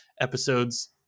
episodes